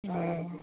हँ